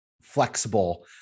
flexible